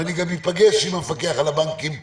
ואני גם ייפגש עם המפקח על הבנקים בקרוב.